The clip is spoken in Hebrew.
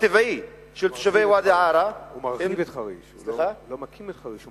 הטבעי של תושבי ואדי-עארה, הוא לא מקים את חריש.